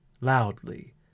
loudly